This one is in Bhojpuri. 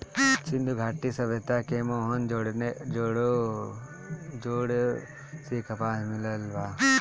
सिंधु घाटी सभ्यता के मोहन जोदड़ो से कपास मिलल बा